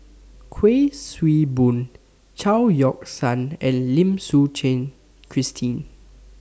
Kuik Swee Boon Chao Yoke San and Lim Suchen Christine